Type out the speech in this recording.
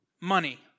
money